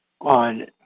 on